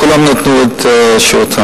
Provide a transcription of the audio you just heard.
כולם תרמו את חלקם.